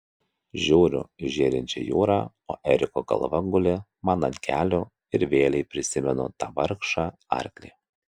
žiūriu į žėrinčią jūrą o eriko galva guli man ant kelių ir vėlei prisimenu tą vargšą arklį